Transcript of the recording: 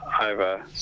over